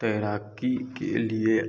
तैराकी के लिए